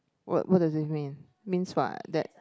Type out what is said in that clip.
what what does it mean mean what that